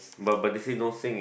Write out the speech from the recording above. but but they say no singing